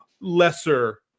lesser